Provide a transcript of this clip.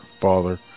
father